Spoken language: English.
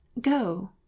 go